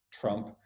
trump